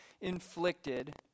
inflicted